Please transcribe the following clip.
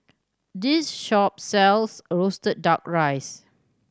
this shop sells roasted Duck Rice